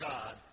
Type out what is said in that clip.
God